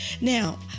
Now